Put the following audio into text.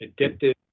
addictive